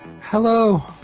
Hello